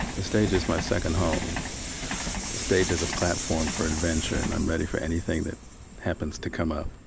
the stage is my second home. the stage is a platform for adventure and i'm ready for anything that happens to come up.